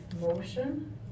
motion